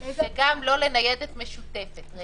וגם לא לניידת משותפת.